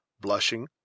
blushing